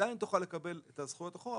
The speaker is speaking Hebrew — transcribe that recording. עדיין תוכל לקבל את הזכויות אחורה,